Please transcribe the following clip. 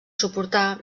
suportar